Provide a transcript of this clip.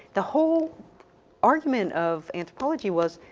the whole argument of anthropology was,